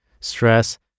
stress